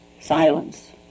silence